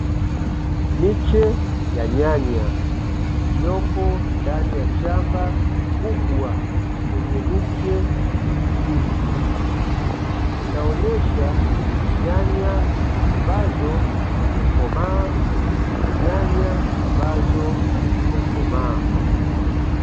Miche ya nyanya iliyopo ndani ya shamba kubwa lenye miche mingi, inaonyesha nyanya ambazo zimekomaa na nyanya ambazo hazijakomaa.